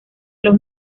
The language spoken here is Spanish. los